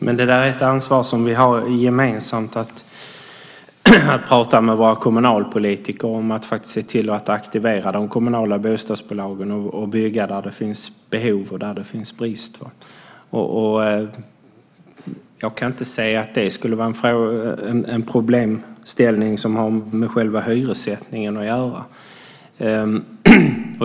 Herr talman! Det är ett ansvar vi har gemensamt att tala med våra kommunalpolitiker om. Det gäller att aktivera de kommunala bostadsbolagen och bygga där det finns behov och brist. Jag kan inte se att det skulle vara en problemställning som har med själva hyressättningen att göra.